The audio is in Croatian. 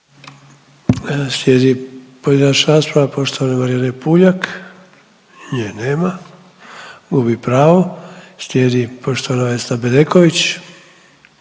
Slijedi pojedinačna rasprava poštovane Marijane Puljak, nje nema, gubi pravo, slijedi poštovana Vesna Bedeković.